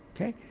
okay?